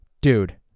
dude